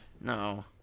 No